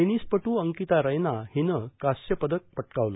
टेनिसपटू अंकिता रैना हिनं कांस्य पदक पटकावलं